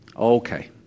Okay